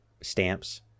stamps